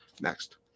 Next